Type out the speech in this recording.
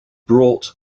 brought